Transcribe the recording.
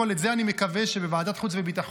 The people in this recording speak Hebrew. אני מקווה שבוועדת החוץ והביטחון,